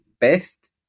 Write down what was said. best